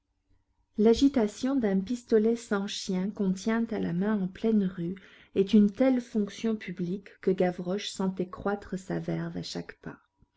l'agitation d'un pistolet sans chien qu'on tient à la main en pleine rue est une telle fonction publique que gavroche sentait croître sa verve à chaque pas